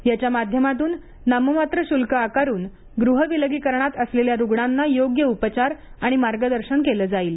याच्या माध्यमातून नाममात्र श्ल्क आकारून गृह विलगीकरण असलेल्या रुग्णांना योग्य उपचार आणि मार्गदर्शन केलं जाईल